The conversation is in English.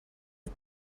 but